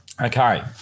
Okay